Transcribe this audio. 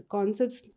Concepts